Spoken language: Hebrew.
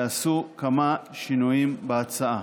ייעשו כמה שינויים בהצעה: